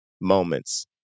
moments